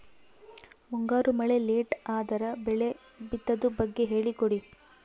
ಮುಂಗಾರು ಮಳೆ ಲೇಟ್ ಅದರ ಬೆಳೆ ಬಿತದು ಬಗ್ಗೆ ಹೇಳಿ ಕೊಡಿ?